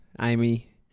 Amy